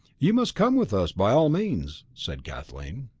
you must come with us, by all means, said kathleen.